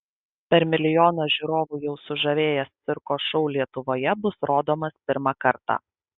per milijoną žiūrovų jau sužavėjęs cirko šou lietuvoje bus rodomas pirmą kartą